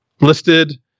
listed